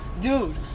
dude